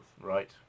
Right